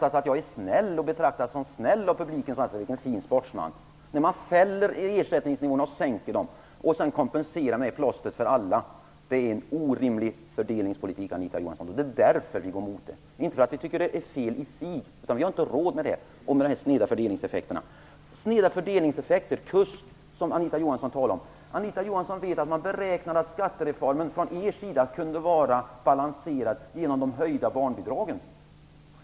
Då skulle jag alltså förvänta att jag betraktades som snäll och att publiken tyckte att jag var en fin sportsman. När man sänker ersättningsnivån och sedan kompenserar med plåster för alla är detta en orimlig fördelningspolitik, Anita Johansson. Det var därför som vi var emot det. Det var inte för att vi tycker att en momssänkning är fel i sig, utan det var för att man inte har råd med en sådan och med de sneda fördelningseffekterna. Anita Johansson talade om sneda fördelningseffekter och KUSK. Anita Johansson vet att man från er sida beräknar att skattereformen kunde balanseras genom de höjda barnbidragen.